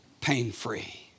pain-free